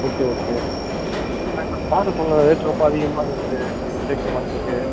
okay okay அண்ணே கொஞ்சம் பார்த்து சொல்லுங்கள் ரேட் ரொம்ப அதிகமாக இருக்குது தேக்குமரத்துக்கு